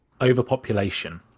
overpopulation